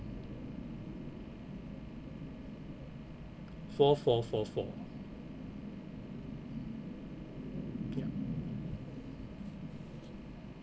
four four four four ya